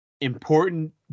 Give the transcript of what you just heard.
important